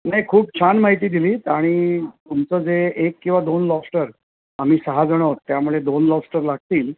नाही खूप छान माहिती दिली आहेत आणि तुमचं जे एक किंवा दोन लॉबस्टर आम्ही सहा जणं आहेत त्यामुळे दोन लॉबस्टर लागतील